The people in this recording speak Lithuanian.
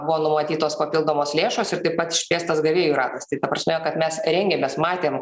buvo numatytos papildomos lėšos ir taip pat išplėstas gavėjų ratas tai ta prasme kad mes rengėmės matėm